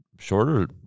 shorter